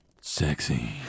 sexy